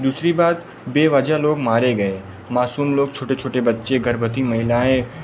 दूसरी बात बेवजह लोग मारे गए मासूम लोग छोटे छोटे बच्चे गर्भवती महिलाएँ